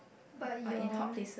but your